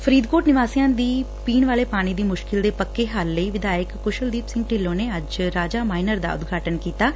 ਫਰੀਦਕੋਟ ਨਿਵਾਸੀਆਂ ਦੀ ਪੀਣ ਵਾਲੇ ਪਾਣੀ ਦੀ ਮੁਸ਼ਕਿਲ ਦੇ ਪੱਕੇ ਹੱਲ ਲਈ ਵਿਧਾਇਕ ਕੁਸ਼ਲਦੀਪ ਸਿੰਘ ਢਿੱਲੋਂ ਨੇ ਅੱਜ ਰਾਜਾ ਮਾਈਨਰ ਦਾ ਉਦਘਾਟਨ ਕੀਤਾ ਗਿਆ